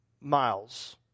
miles